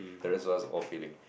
the rest of us all failing